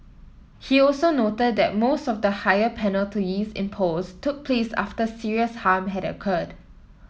he also noted that most of the higher penalties imposed took place after serious harm had occurred